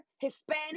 Hispanic